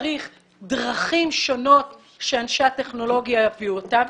צריך דרכים שונות שאנשי הטכנולוגיה יביאו אותן?